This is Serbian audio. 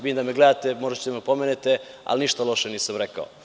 Vidim da me gledate, možda ćete da me opomenete, ali ništa loše nisam rekao.